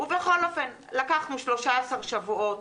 בכל אופן לקחנו 13 שבועות